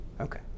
Okay